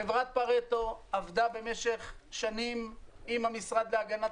חברת פרטו עבדה במשך שנים עם המשרד להגנת